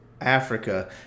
Africa